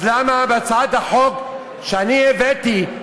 אז למה הצעת החוק שאני הבאתי,